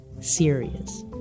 serious